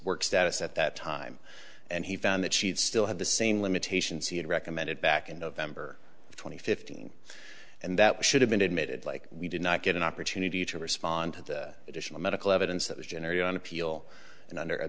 work status at that time and he found that she'd still have the same limitations he had recommended back in november twenty fifth and that should have been admitted like we did not get an opportunity to respond to the additional medical evidence that was generated on appeal and under a